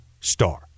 star